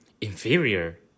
inferior